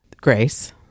grace